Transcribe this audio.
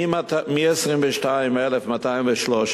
מ-22,213